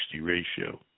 ratio